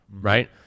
Right